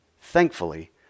Thankfully